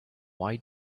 why